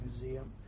Museum